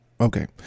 Okay